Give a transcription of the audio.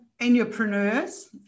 entrepreneurs